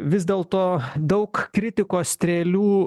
vis dėl to daug kritikos strėlių